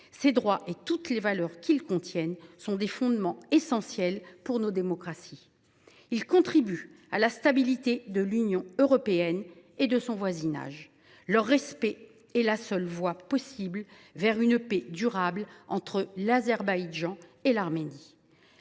Ces droits et toutes les valeurs qu’ils expriment sont des fondements essentiels de nos démocraties, qui contribuent à la stabilité de l’Union européenne et de son voisinage. Leur respect est la seule voie possible vers une paix durable entre l’Azerbaïdjan et l’Arménie.